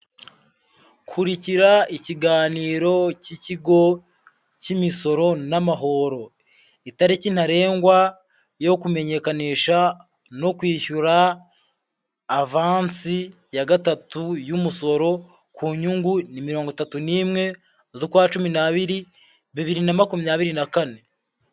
Kurikira ikiganiro cy'ikigo cy'imisoro n'amahoro, itariki ntarengwa yo kumenyekanisha no kwishyura avansi ya gatatu y'umusoro ku nyungu, ni mirongo itatu n'imwe z'ukwa cumi n'abiri bibiri na makumyabiri na kane.